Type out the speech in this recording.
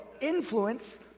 influence